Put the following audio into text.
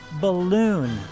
balloon